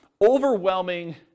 overwhelming